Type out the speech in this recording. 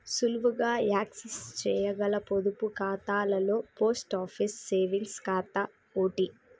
సులువుగా యాక్సెస్ చేయగల పొదుపు ఖాతాలలో పోస్ట్ ఆఫీస్ సేవింగ్స్ ఖాతా ఓటి